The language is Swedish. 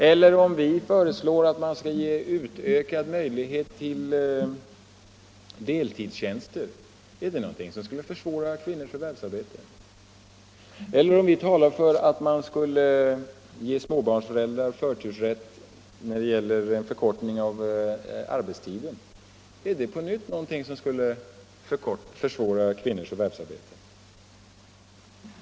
Eller om vi föreslår att man skall ge ökad möjlighet till deltidstjänster, är det någonting som skulle försvåra kvinnors förvärvsarbete? Och om vi talar för att man skulle ge småbarnsföräldrar förtursrätt när det gäller en förkortning av arbetstiden — skulle det försvåra kvinnors förvärvsarbete?